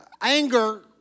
anger